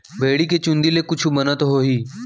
भेड़ी के चूंदी ले कुछु बनत होही?